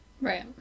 right